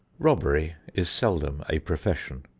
robbery is seldom a profession.